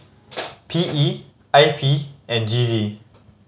P E I P and G V